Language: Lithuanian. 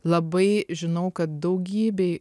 labai žinau kad daugybei